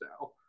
now